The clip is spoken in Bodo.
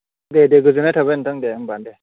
दे दे गोजोननाय थाबाय नोंथां दे होमबा दे दे